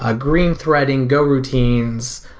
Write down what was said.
ah green threading, go routines,